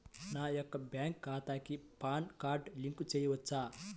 నా యొక్క బ్యాంక్ ఖాతాకి పాన్ కార్డ్ లింక్ చేయవచ్చా?